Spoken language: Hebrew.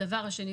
הדבר השני,